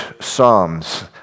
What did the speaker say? psalms